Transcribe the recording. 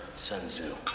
sun tzu.